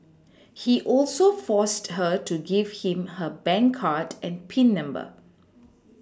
he also forced her to give him her bank card and Pin number